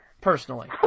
personally